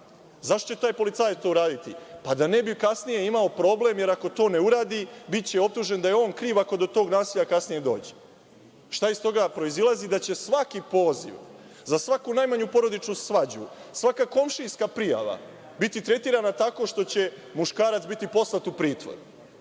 Zašto će taj policajac to uraditi? Pa da ne bi kasnije imao problem jer ako to ne uradi, biće optužen da je on kriv ako do tog nasilja kasnije i dođe. Šta iz toga proizilazi? Da će svaki poziv, za svaku najmanju porodičnu svađu, svaka komšijska prijava biti tretirana tako što će muškarac biti poslat u pritvor.